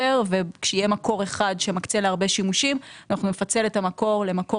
וכשיהיה מקור אחד שמקצה להרבה שימושים אנחנו נפצל את המקור למקור